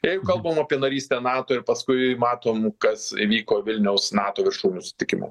jeigu kalbam apie narystę nato ir paskui matom kas įvyko vilniaus nato viršūnių susitikime